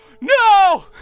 No